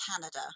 Canada